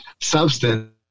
Substance